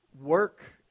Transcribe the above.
work